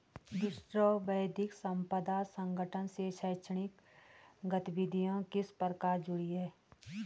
विश्व बौद्धिक संपदा संगठन से शैक्षणिक गतिविधियां किस प्रकार जुड़ी हैं?